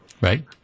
Right